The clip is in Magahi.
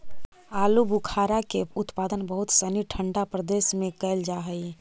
आलूबुखारा के उत्पादन बहुत सनी ठंडा प्रदेश में कैल जा हइ